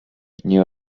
nie